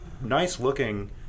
nice-looking